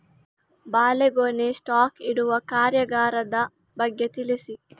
ಬಾಳೆಗೊನೆ ಸ್ಟಾಕ್ ಇಡುವ ಕಾರ್ಯಗಾರದ ಬಗ್ಗೆ ತಿಳಿಸಿ